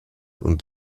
und